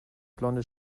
blonde